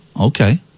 Okay